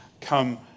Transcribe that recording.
come